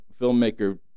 filmmaker